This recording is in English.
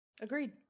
Agreed